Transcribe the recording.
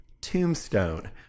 Tombstone